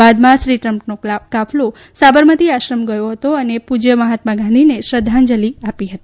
બાદમાં શ્રી ટ્રમ્પનો કાફલો સાબરમતી આશ્રમ ગયો હતો અને પૂજ્ય મહાત્મા ગાંધીને શ્રદ્ધાંજલી આપી હતી